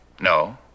no